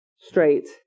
straight